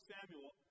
Samuel